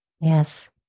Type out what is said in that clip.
Yes